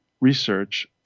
research